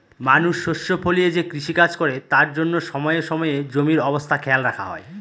মানুষ শস্য ফলিয়ে যে কৃষিকাজ করে তার জন্য সময়ে সময়ে জমির অবস্থা খেয়াল রাখা হয়